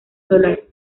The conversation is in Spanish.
solar